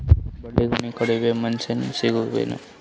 ಬಾಳಿಗೊನಿ ಕಡಿಯು ಮಷಿನ್ ಸಿಗತವೇನು?